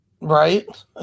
Right